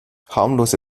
harmlose